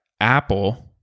Apple